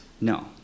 no